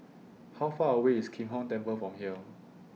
How Far away IS Kim Hong Temple from here